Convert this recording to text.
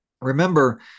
remember